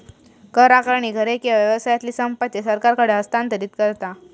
कर आकारणी घरे किंवा व्यवसायातली संपत्ती सरकारकडे हस्तांतरित करता